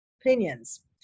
opinions